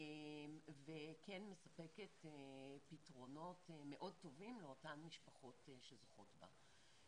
וכן מספקת פתרונות מאוד טובים לאותן משפחות שזוכות בה.